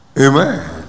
Amen